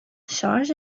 شارژ